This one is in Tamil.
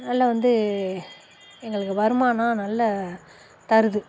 நல்லா வந்து எங்களுக்கு வருமானம் நல்லா தருது